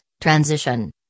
transition